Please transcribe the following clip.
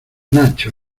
nacho